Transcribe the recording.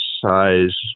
size